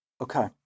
Okay